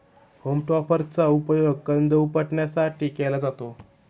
home टॉपरचा उपयोग कंद उपटण्यासाठी केला जातो